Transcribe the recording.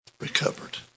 recovered